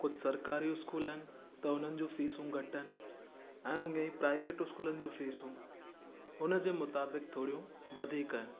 कुझु सरकारी स्कूल आहिनि त उन्हनि जी फिसूं घटि आहिनि ऐं उहा ई प्राइवेट स्कूलनि जी फिसूं हुन जे मुताबिक़ि थोड़ियूं वधीक आहिनि